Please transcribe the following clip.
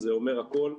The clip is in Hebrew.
זה אומר הכול.